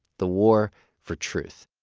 the war for truth.